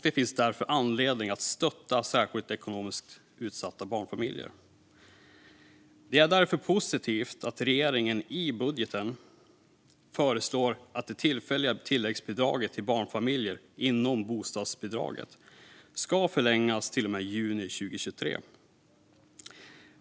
Det finns därför anledning att stötta särskilt ekonomiskt utsatta barnfamiljer. Det är därför positivt att regeringen i budgeten föreslår att det tillfälliga tilläggsbidraget till barnfamiljer inom bostadsbidraget ska förlängas till och med juni 2023.